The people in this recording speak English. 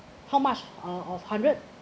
how much out of hundred